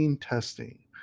testing